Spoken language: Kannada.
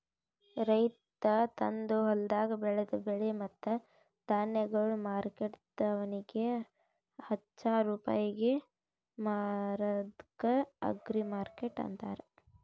ರೈತ ತಂದು ಹೊಲ್ದಾಗ್ ಬೆಳದ ಬೆಳೆ ಮತ್ತ ಧಾನ್ಯಗೊಳ್ ಮಾರ್ಕೆಟ್ದವನಿಗ್ ಹಚ್ಚಾ ರೂಪಾಯಿಗ್ ಮಾರದ್ಕ ಅಗ್ರಿಮಾರ್ಕೆಟ್ ಅಂತಾರ